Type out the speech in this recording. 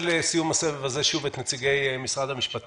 לסיום הסבב הזה אני רוצה לשמוע שוב את נציגי משרד המשפטים.